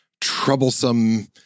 troublesome